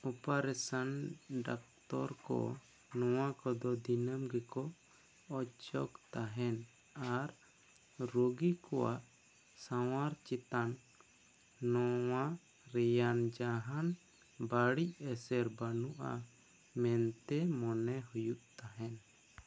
operation doctor ᱠᱚ ᱱᱚᱣᱟ ᱠᱚᱫᱚ ᱫᱤᱱᱟ ᱢ ᱜᱮᱠᱚ ᱚᱪᱚᱜ ᱛᱟᱦᱮᱱ ᱟᱨ ᱨᱩᱜᱤ ᱠᱚᱣᱟᱜ ᱥᱟᱶᱟᱨ ᱪᱮᱛᱟᱱ ᱱᱚᱣᱟ ᱨᱮᱭᱟᱱ ᱡᱟᱦᱟᱱ ᱵᱟᱹᱲᱤᱡ ᱮᱥᱮᱨ ᱵᱟᱱᱩᱜᱼᱟ ᱢᱮᱱᱛᱮ ᱢᱚᱱᱮ ᱦᱩᱭᱩᱜ ᱛᱟᱦᱮᱱ